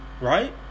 Right